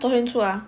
昨天出 lah